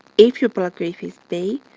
if your blood group is b,